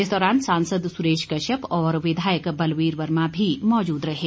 इस दौरान सांसद सुरेश कश्यप व विधायक बलवीर वर्मा भी मौजूद रहें